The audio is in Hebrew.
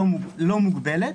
לא מוגבלת,